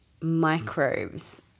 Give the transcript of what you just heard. microbes